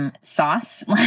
sauce